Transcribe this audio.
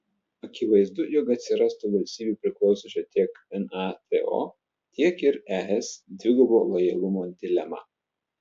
akivaizdu jog atsirastų valstybių priklausančių tiek nato tiek ir es dvigubo lojalumo dilema